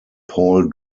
paul